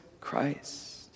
Christ